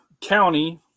county